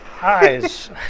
eyes